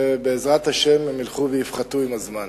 בעזרת השם, הם ילכו ויפחתו עם הזמן,